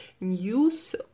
news